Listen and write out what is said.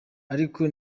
ariko